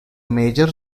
major